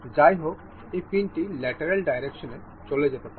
যাইহোক এই পিনটি ল্যাটেরাল ডাইরেক্শনে চলে যেতে পারে